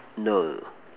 no